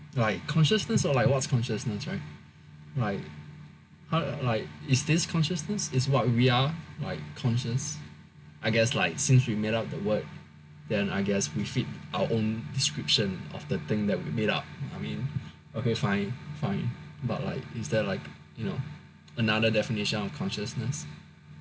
like consciousness or like what's consciousness right like like is this consciousness is what we are like conscious I guess like since we made up the word then I guess we fit our own description of the thing that we made up I mean okay fine fine but like is there like you know another definition of consciousness